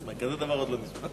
כזה דבר עוד לא נשמע.